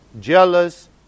jealous